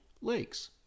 lakes